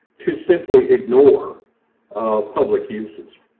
to simply ignore public uses.